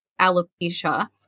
alopecia